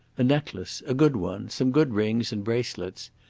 a necklace a good one some good rings, and bracelets.